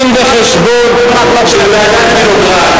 הוא אמר דין-וחשבון של ועדת-וינוגרד,